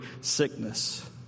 sickness